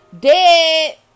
Dead